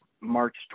March